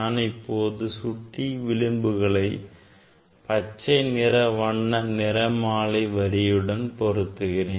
நான் இப்போது சுட்டி விளிம்புகளை பச்சை வண்ண நிறமாலை வரியுடன் பொருத்துகிறேன்